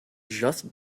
just